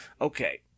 Okay